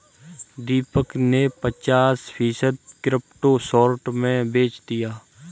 दीपक ने पचास फीसद क्रिप्टो शॉर्ट में बेच दिया